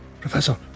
Professor